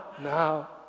Now